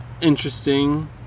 interesting